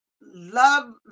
love